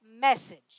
message